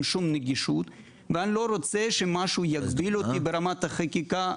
שום נגישות ואני לא רוצה שמשהו יגביל אותי ברמת החקיקה,